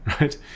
right